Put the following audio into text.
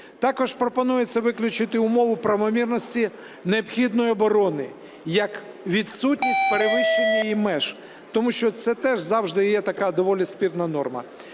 Також пропонується виключити умову правомірності необхідної оборони як відсутність перевищення її меж. Тому що це теж завжди є така доволі спірна норма.